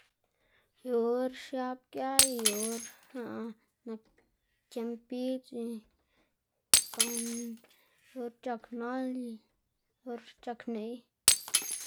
yu or xiab gia y yu or nak tiemb bidz y gan or c̲h̲ak nak y or c̲h̲ak neꞌy.